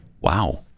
Wow